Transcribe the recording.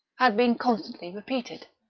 had been constantly repeated.